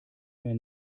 mehr